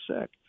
sick